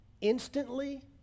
instantly